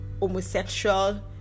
homosexual